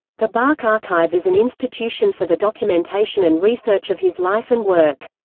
the bach archive is an institution for the documentation and research of his life and work.